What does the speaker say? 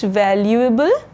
valuable